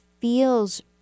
feels